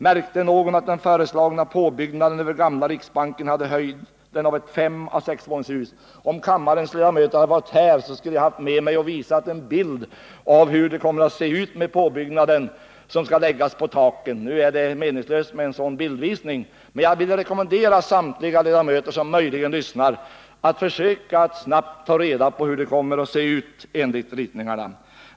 Märkte någon att den föreslagna påbyggnaden över gamla riksbanken hade höjden av ett femeller sexvåningshus? Om kammarens ledamöter i större utsträckning hade varit här skulle jag ha visat en bild av hur det kommer att se ut med den påbyggnad som skall läggas på taken. Nu är en sådan bildvisning meningslös, men jag vill rekommendera samtliga ledamöter som möjligen lyssnar att försöka att snabbt ta reda på hur det enligt ritningarna kommer att se ut.